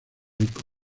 ricos